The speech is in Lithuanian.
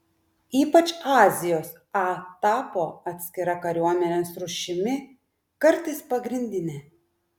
ypač azijos a tapo atskira kariuomenės rūšimi kartais pagrindine